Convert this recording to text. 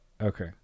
Okay